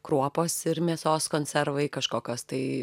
kruopos ir mėsos konservai kažkokios tai